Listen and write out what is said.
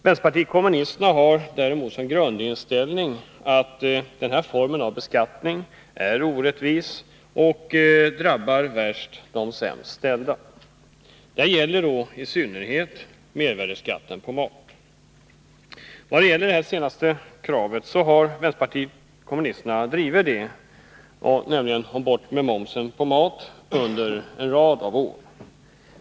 Vänsterpartiet kommunisterna har som grundinställning att denna form av beskattning är orättvis och drabbar värst de sämst ställda. Detta gäller i synnerhet mervärdeskatten på mat. Vad gäller det senaste har vänsterpartiet kommunisterna drivit kravet ”bort med momsen på mat” under en rad av år.